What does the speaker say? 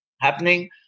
happening